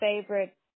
favorite